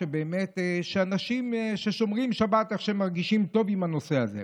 שבאמת יש אנשים ששומרים שבת ומרגישים טוב עם הנושא הזה.